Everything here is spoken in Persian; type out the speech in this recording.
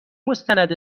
مستند